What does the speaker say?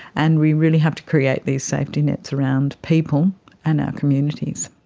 and we really have to create these safety nets around people and our communities.